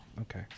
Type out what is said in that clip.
Okay